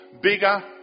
bigger